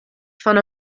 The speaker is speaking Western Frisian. fan